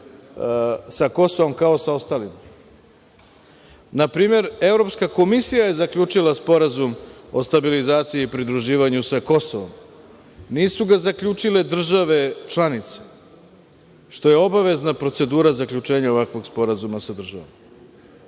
sa Kosovom kao sa ostalima. Na primer, Evropska komisija je zaključila Sporazum o stabilizaciji i pridruživanju sa Kosovom. Nisu ga zaključile države članice, što je obavezna procedura zaključenja ovakvog sporazuma sa državama.